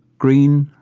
green,